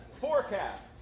forecast